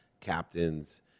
Captains